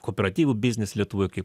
kooperatyvų biznis lietuvoj kai